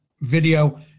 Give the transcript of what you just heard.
video